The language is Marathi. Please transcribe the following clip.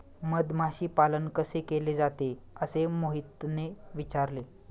मधमाशी पालन कसे केले जाते? असे मोहितने विचारले